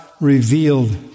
revealed